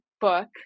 book